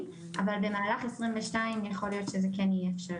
אבל כן נעשתה עבודת מטה נרחבת לגבי נושא